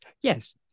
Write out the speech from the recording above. Yes